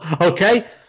okay